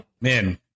man